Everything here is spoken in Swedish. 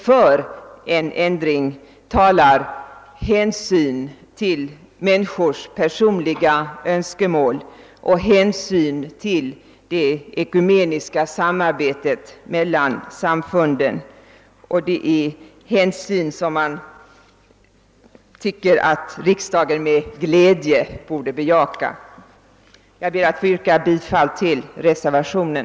För en ändring talar emellertid hänsyn till människors personliga önskemål och till det ekumeniska samarbetet mellan samfunden. Det är intressen som jag tycker att riksdagen med glädje borde bejaka. Jag ber att få yrka bifall till reservationen.